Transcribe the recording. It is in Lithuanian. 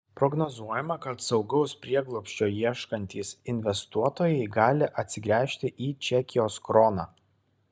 prognozuojama kad saugaus prieglobsčio ieškantys investuotojai gali atsigręžti į čekijos kroną